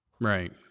Right